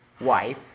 wife